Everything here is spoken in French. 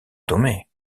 tomé